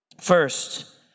First